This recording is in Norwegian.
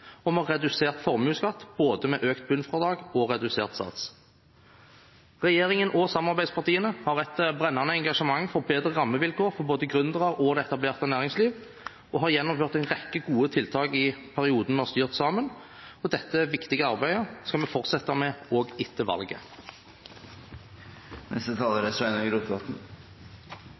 og vi har redusert formuesskatten både med økt bunnfradrag og med redusert sats. Regjeringen og samarbeidspartiene har et brennende engasjement for bedre rammevilkår for både gründere og det etablerte næringslivet og har gjennomført en rekke gode tiltak i perioden vi har styrt sammen. Dette viktige arbeidet skal vi fortsette med også etter valget.